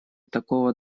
такого